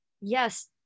Yes